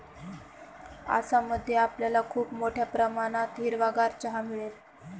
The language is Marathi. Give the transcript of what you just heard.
आसाम मध्ये आपल्याला खूप मोठ्या प्रमाणात हिरवागार चहा मिळेल